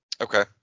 okay